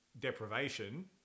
deprivation